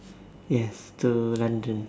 yes to London